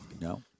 No